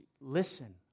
listen